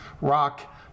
Rock